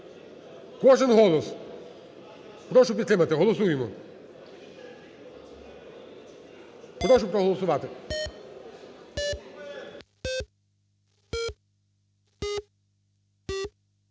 Кожен голос! Прошу підтримати. Голосуємо. Прошу проголосувати.